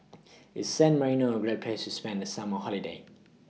IS San Marino A Great Place spend The Summer Holiday